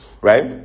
right